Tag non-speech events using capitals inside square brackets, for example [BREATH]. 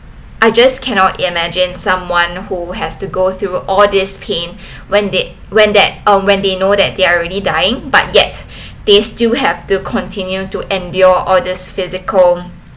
I just cannot imagine someone who has to go through all these pain [BREATH] when they when th~ um when they know that they are already dying but yet they still have to continue to endure all these physical